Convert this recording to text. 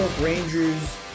Rangers